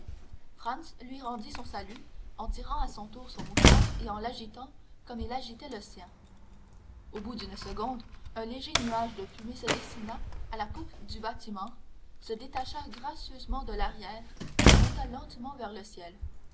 franz lui rendit son salut en tirant à son tour son mouchoir et en l'agitant comme il agitait le sien au bout d'une seconde un léger nuage de fumée se dessina à la poupe du bâtiment se détacha gracieusement de l'arrière et monta lentement vers le ciel